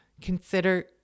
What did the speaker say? consider